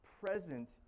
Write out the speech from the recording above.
present